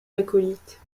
acolytes